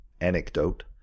anecdote